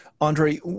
Andre